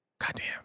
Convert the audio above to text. Goddamn